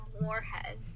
warhead